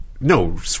No